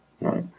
Right